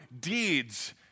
deeds